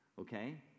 okay